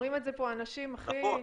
אומרים את זה פה אנשים הכי מכירים.